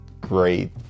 great